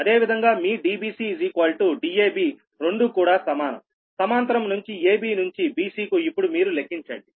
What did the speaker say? అదేవిధంగా మీ dbcdab రెండూ కూడా సమానంసమాంతరం నుంచి a b నుంచి b c కు ఇప్పుడు మీరు లెక్కించండి